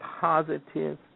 positive